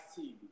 TV